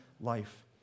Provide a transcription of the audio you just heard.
life